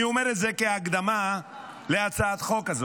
אני אומר את זה כהקדמה להצעת החוק הזאת.